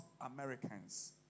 Americans